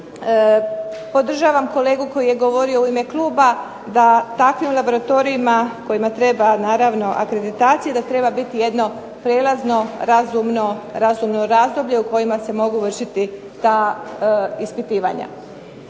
podržavam kolegu koji je govorio u ime kluba da u takvim laboratorijima kojima treba naravno akreditacija da treba biti jedno prijelazno razumno razdoblje u kojima se mogu vršiti ta ispitivanja.